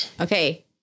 Okay